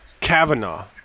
Kavanaugh